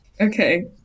Okay